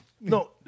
No